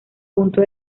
punto